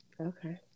Okay